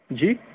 جی